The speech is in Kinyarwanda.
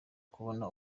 kubona